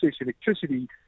electricity